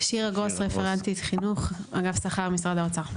שירה גרוס, רפרנטית חינוך אגף שכר, משרד האוצר.